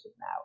now